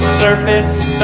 surface